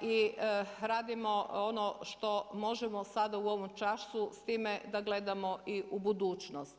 i radimo ono što možemo sada u ovome času s time da gledamo i u budućnost.